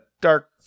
dark